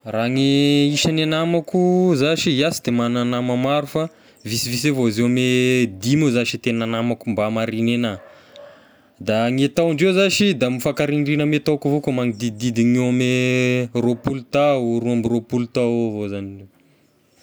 Raha gne isan'ny namako zashy, iahy sy de magna nama maro fa visivisy avao izy eo ame dimy eo zashy e tegna namako mba marigny anah, da gne taondreo zashy da mifakarindrigna ame taoko avao koa manodidididy ny eo ame raopolo tao, roa amby roapolo tao avao zagny indreo.